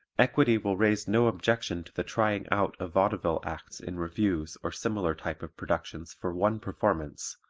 equity will raise no objection to the trying out of vaudeville acts in revues or similar type of productions for one performance,